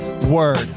Word